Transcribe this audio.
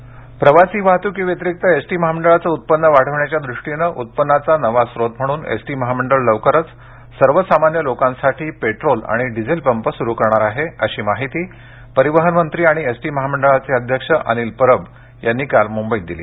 S T प्रवासी वाहतुकीव्यतिरिक्त ST महामंडळाचं उत्पन्न वाढवण्याच्या द्रष्टीनं उत्पन्नाचा नवा स्त्रोत म्हणून एसटी महामंडळ लवकरच सर्वसामान्य लोकांसाठी पेट्रोल आणि डिझेल पंप स्रु करणार आहे अशी माहिती परिवहन मंत्री आणि एसटी महामंडळाचे अध्यक्ष अनिल परब यांनी काल मुंबईत दिली